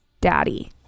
daddy